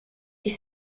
est